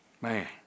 Man